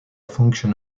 function